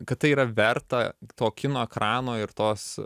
kad tai yra verta to kino ekrano ir tos